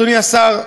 אדוני השר,